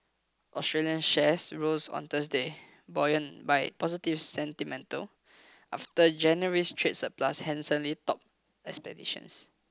Australian shares rose on Thursday buoyed by positive sentiment after January's trade surplus handsomely topped expectations